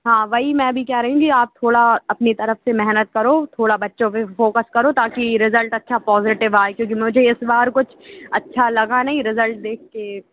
हाँ वही मैं भी कह रही हूँ कि आप थोड़ा अपनी तरफ से मेहनत करो थोड़ा बच्चों पर भी फोकस करो ताकि रिज़ल्ट अच्छा पॉजिटिव आए क्योंकि मुझे इस बार कुछ अच्छा लगा नहीं रिज़ल्ट देख कर